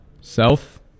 Self